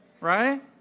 Right